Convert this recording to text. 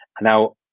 Now